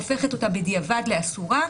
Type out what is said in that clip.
הופכת אותה בדיעבד לאסורה,